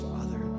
Father